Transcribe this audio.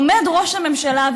עומד ראש הממשלה,